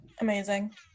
Amazing